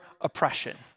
oppression